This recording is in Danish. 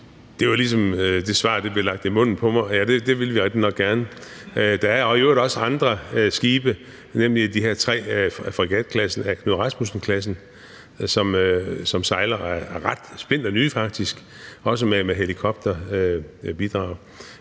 Det var, som om det svar blev lagt i munden på mig, for det vil vi rigtignok gerne. Der er i øvrigt også andre skibe, nemlig de her tre af fregat-klassen, af Knud Rasmussen-klassen, som sejler – også med helikopterbidrag